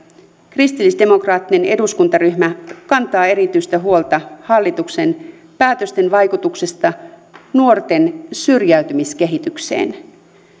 kristillisdemokraattinen eduskuntaryhmä kantaa erityistä huolta hallituksen päätösten vaikutuksista nuorten syrjäytymiskehitykseen